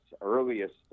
earliest